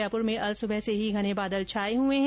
जयपुर में अल सुबह से ही घने बादल छाये हुए हैं